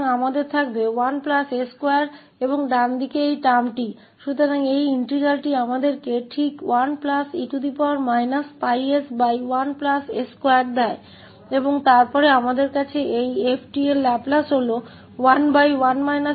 तो हमारे पास होगा 1s2I और दायीं ओर यह पद तो यह इंटीग्रल हमें बिल्कुल 1e 𝜋s1s2 देता है और फिर हमारे पास यह 𝑓𝑡 है कि 𝑓𝑡 का लैपलेस 11 − e 2𝜋s है